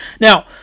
Now